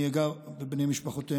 אני אגע בבני המשפחות בהמשך.